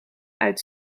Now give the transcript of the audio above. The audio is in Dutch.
uit